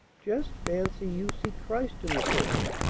just fancy you see christ in the pulpit.